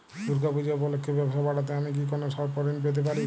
দূর্গা পূজা উপলক্ষে ব্যবসা বাড়াতে আমি কি কোনো স্বল্প ঋণ পেতে পারি?